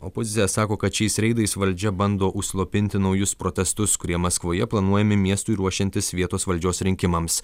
opozicija sako kad šiais reidais valdžia bando užslopinti naujus protestus kurie maskvoje planuojami miestui ruošiantis vietos valdžios rinkimams